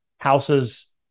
Houses